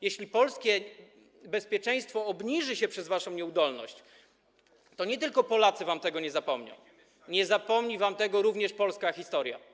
Jeśli poziom bezpieczeństwa Polski obniży się przez waszą nieudolność, to nie tylko Polacy wam tego nie zapomną, nie zapomni wam tego również polska historia.